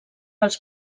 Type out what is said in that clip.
als